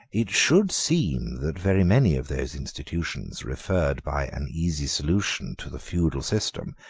it should seem that very many of those institutions, referred by an easy solution to the feudal system,